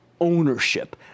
ownership